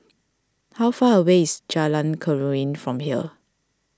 how far away is Jalan Keruing from here